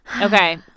Okay